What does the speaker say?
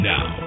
Now